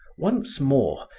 once more,